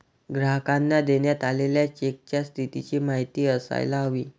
ग्राहकांना देण्यात आलेल्या चेकच्या स्थितीची माहिती असायला हवी